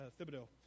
Thibodeau